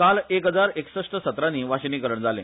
काल एक हजार एकसष्ट सत्रांनी वाशीनीकरण जाले